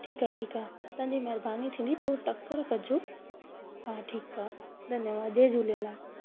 ठीकु आहे ठीकु आहे तव्हांजी महिरबानी थींदी थोरो तकड़ कजो हा ठीकु आहे धन्यवाद जय झूलेलाल